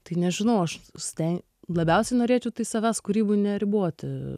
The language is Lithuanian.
tai nežinau aš ste labiausiai norėčiau tai savęs kūryboj neriboti